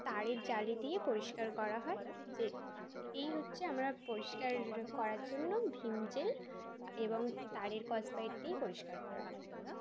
তারের জ্বালি দিয়ে পরিষ্কার করা হয় যে এই হচ্ছে আমরা পরিষ্কার করার জন্য ভিম জেল এবং তারের স্কচব্রাইট দিয়েই পরিষ্কার করা হয়